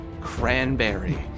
cranberry